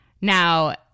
Now